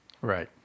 Right